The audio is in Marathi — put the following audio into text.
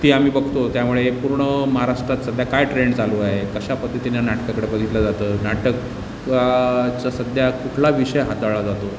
ती आम्ही बघतो त्यामुळे पूर्ण महाराष्ट्रात सध्या काय ट्रेंड चालू आहे कशा पद्धतीने नाटकाकडे बघितलं जातं नाटक का चा सध्या कुठला विषय हाताळला जातो